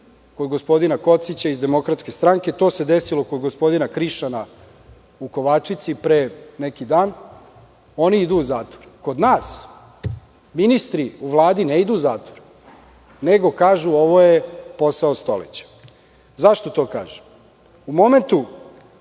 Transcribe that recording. kod gospodina Kocića iz DS. To se desilo i kod gospodina Krišana u Kovačici pre neki dan. Znači, oni idu u zatvor. Kod nas ministri u Vladi ne idu u zatvor, nego kažu – ovo je posao stoleća.Zašto to kažem? U momentu